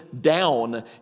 down